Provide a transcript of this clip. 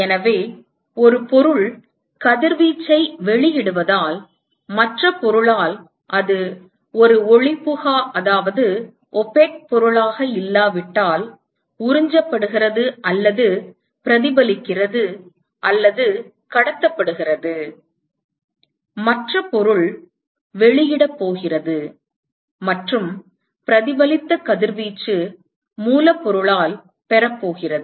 எனவே ஒரு பொருள் கதிர்வீச்சை வெளியிடுவதால் மற்ற பொருளால் அது ஒரு ஒளிபுகா பொருளாக இல்லாவிட்டால் உறிஞ்சப்படுகிறது அல்லது பிரதிபலிக்கிறது அல்லது கடத்தப்படுகிறது மற்ற பொருள் வெளியிடப் போகிறது மற்றும் பிரதிபலித்த கதிர்வீச்சு மூலப்பொருளால் பெறப் போகிறது